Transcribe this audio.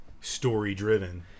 story-driven